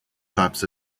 types